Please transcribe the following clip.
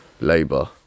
Labour